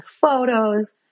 photos